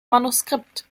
manuskript